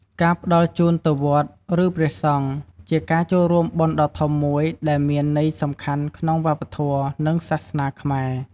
ការផ្តល់ជូនទៅវត្ត ឬព្រះសង្ឃ ជាការចូលបុណ្យដ៏ធំមួយ ដែលមានន័យសំខាន់ក្នុងវប្បធម៌ និងសាសនាខ្មែរ។